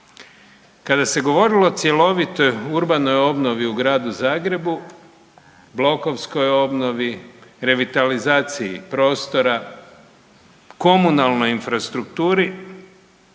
Kada se govorilo o cjelovitoj urbanoj obnovi u Gradu Zagrebu, blokovskoj obnovi, revitalizaciji prostora, komunalnoj infrastrukturi